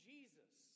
Jesus